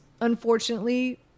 unfortunately